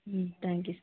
thank you